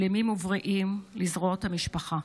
שלמים ובריאים, לזרועות המשפחה.